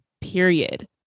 period